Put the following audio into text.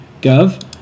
Gov